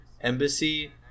embassy